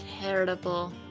terrible